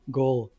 goal